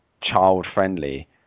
child-friendly